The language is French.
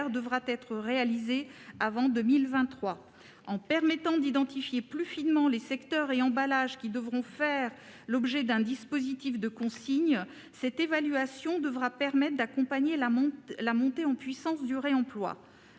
verre soit réalisée avant 2023. En permettant d'identifier plus finement les secteurs et les emballages qui devront faire l'objet d'un dispositif de consigne, cette évaluation devrait permettre d'accompagner la montée en puissance du réemploi.